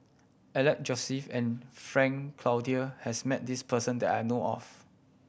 Alex Josey and Frank Cloutier has met this person that I know of